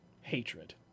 hatred